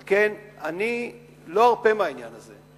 ועל כן, אני לא ארפה מהעניין הזה.